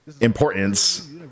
importance